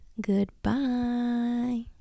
Goodbye